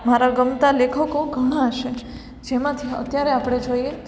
મારા ગમતા લેખકો ઘણા છે જેમાંથી અત્યારે આપણે જોઈએ